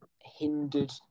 hindered